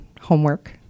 homework